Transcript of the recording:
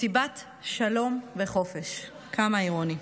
מסיבת שלום וחופש, כמה אירוני.